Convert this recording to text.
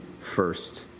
first